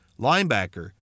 Linebacker